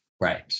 Right